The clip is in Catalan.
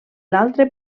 l’altre